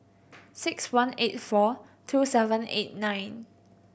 six one eight four two seven eight nine